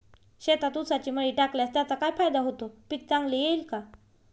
शेतात ऊसाची मळी टाकल्यास त्याचा काय फायदा होतो, पीक चांगले येईल का?